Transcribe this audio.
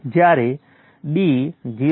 જ્યારે d 0